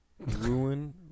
Ruin